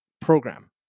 program